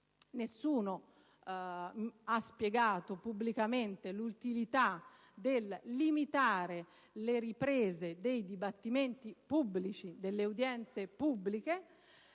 nessuno ha spiegato pubblicamente l'utilità di limitare le riprese dei dibattimenti pubblici, delle udienze pubbliche,